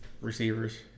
receivers